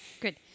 Good